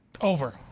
Over